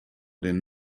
den